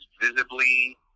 visibly